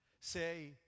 Say